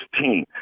team